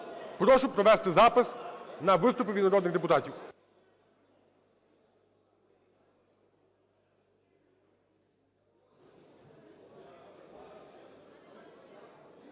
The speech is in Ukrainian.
прошу провести запис на виступи від народних депутатів